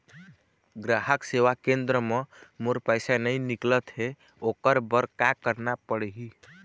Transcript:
ग्राहक सेवा केंद्र म मोर पैसा नई निकलत हे, ओकर बर का करना पढ़हि?